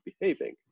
behaving